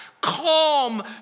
calm